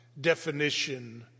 definition